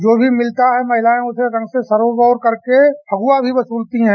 जो भी मिलता है महिलायें उसे रंग से सराबोर कर के फगुआ भी वसूलती हैं